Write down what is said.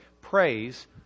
Praise